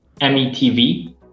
METV